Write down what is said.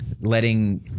letting